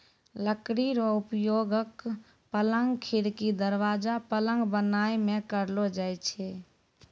लकड़ी रो उपयोगक, पलंग, खिड़की, दरबाजा, पलंग बनाय मे करलो जाय छै